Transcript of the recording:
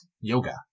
yoga